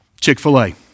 Chick-fil-A